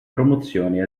promozione